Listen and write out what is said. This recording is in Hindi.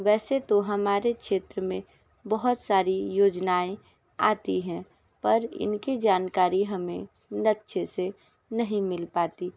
वैसे तो हमारे क्षेत्र में बहुत सारी योजनाएँ आती हैं पर इनकी जानकारी हमें लक्ष्य से नहीं मिल पाती